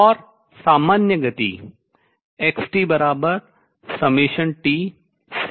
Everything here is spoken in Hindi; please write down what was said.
और सामान्य गति xtCeiτnt होती है